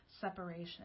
separation